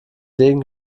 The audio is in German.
degen